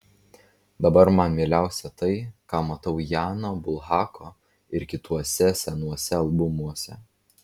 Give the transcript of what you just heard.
dabar man mieliausia tai ką matau jano bulhako ir kituose senuose albumuose